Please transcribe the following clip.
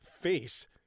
face